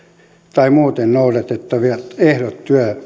tai muuten noudatettavia ehtoja